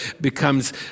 becomes